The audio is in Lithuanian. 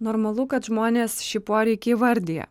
normalu kad žmonės šį poreikį įvardija